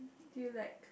do you like